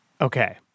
Okay